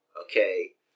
okay